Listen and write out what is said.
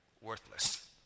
worthless